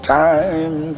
time